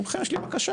מולכם יש לי בקשה.